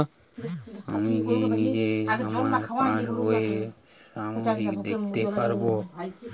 আমি কি নিজেই আমার পাসবইয়ের সামারি দেখতে পারব?